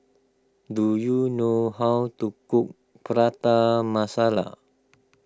do you know how to cook Prata Masala